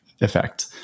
effect